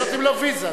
ולא נותנים לו להיכנס.